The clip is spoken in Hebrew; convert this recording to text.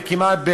כמעט,